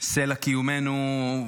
סלע קיומנו,